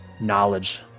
knowledge